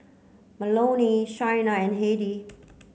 Melonie Shaina and Hedy